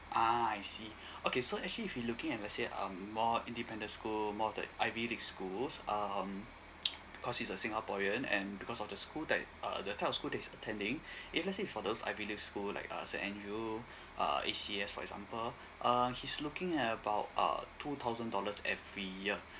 ah I see okay so actually if you looking at let's say um more independence school more of the ivy league schools um because he's a singaporean and because of the school type uh the type of school that he's attending if let's say is for those ivy league like uh or like E_C_S for example um he's looking at about uh two thousand dollars every year